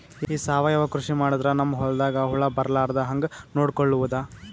ಈ ಸಾವಯವ ಕೃಷಿ ಮಾಡದ್ರ ನಮ್ ಹೊಲ್ದಾಗ ಹುಳ ಬರಲಾರದ ಹಂಗ್ ನೋಡಿಕೊಳ್ಳುವುದ?